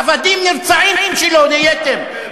עבדים נרצעים שלו נהייתם.